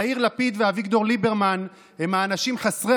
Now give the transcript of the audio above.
יאיר לפיד ואביגדור ליברמן הם האנשים חסרי